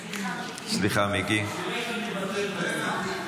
סליחה, מיקי.